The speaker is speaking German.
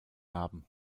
haben